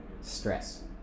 stress